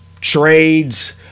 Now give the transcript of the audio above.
trades